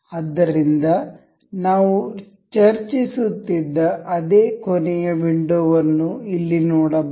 ಆದ್ದರಿಂದ ನಾವು ಚರ್ಚಿಸುತ್ತಿದ್ದ ಅದೇ ಕೊನೆಯ ವಿಂಡೋವನ್ನು ಇಲ್ಲಿ ನೋಡಬಹುದು